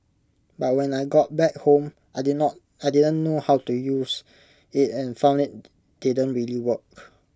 but when I got back home I didn't not I didn't know how to use IT and found IT didn't really work